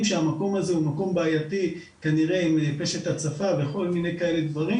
שהמקום הזה הוא מקום בעייתי כנראה עם פשט הצפה וכל מיני כאלה דברים.